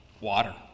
Water